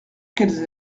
qu’elles